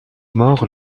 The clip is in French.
mort